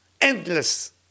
endless